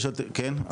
כן?